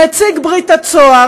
נציג ברית הצה"ר,